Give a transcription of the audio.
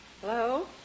Hello